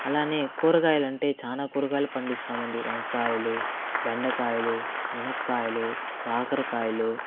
అలానే కూరగాయలంటే చాలా కూరగాయలు పండిస్తామండి వంకాయలు బెండకాయలు మునక్కాయలు కాకరకాయలు